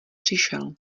přišel